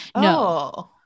No